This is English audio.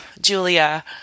Julia